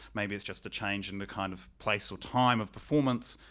maybe it's just a change in the kind of place or time of performance,